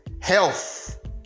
health